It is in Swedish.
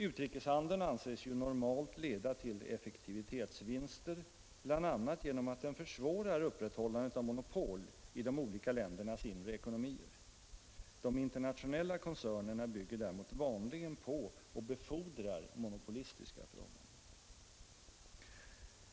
Utrikeshandeln anses ju normalt leda till effektivitetsvinster, bl.a. genom att den försvårar upprätthållandet av monopol i de olika ländernas inre ekonomier. De internationella koncernerna bygger däremot vanligen på och befordrar monopolistiska förhållanden.